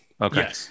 Okay